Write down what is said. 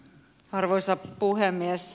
arvoisa puhemies